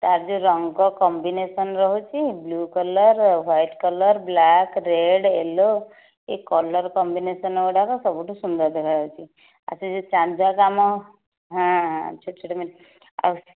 ତା'ର ଯେଉଁ ରଙ୍ଗ କମ୍ବିନେଶନ ରହୁଛି blue colour white colour black red yellow ଏ କଲର୍ କମ୍ବିନେଶନ ଗୁଡ଼ାକ ସବୁଠୁ ସୁନ୍ଦର ଦେଖାଯାଉଛି ଆଉ ସେ ଯେଉଁ ଚାନ୍ଦୁଆ କାମ ହଁ ହଁ ଛୋଟ ଛୋଟ ମି ଆଉ